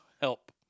help